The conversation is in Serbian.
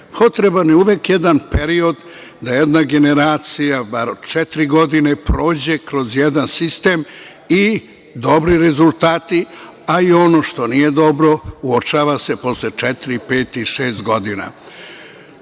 potreban uvek jedan period da jedna generacija, bar četiri godine, prođe kroz jedan sistem i dobri rezultati, a i ono što nije dobro, uočava se posle četiri, pet, šest godina. Zato